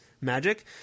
magic